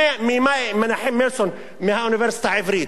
מימי מנחם מילסון מהאוניברסיטה העברית.